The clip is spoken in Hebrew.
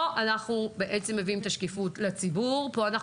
פה אנחנו מביאים את השקיפות לציבור; פה אנחנו